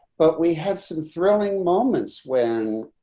but we had some thrilling moments when